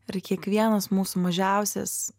ir kiekvienas mūsų mažiausias